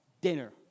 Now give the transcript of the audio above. dinner